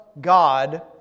God